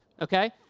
okay